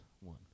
one